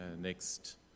next